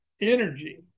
energy